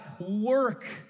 work